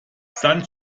san